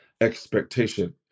expectation